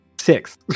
Six